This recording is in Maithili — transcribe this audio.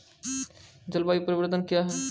जलवायु परिवर्तन कया हैं?